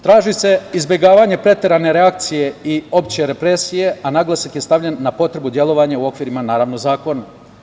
Traži se izbegavanje preterane reakcije i opšte represije, a naglasak je stavljen na potrebu delovanja u okvirima, naravno, zakona.